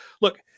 Look